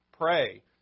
pray